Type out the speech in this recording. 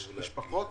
יש משפחות